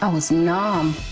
um was numb.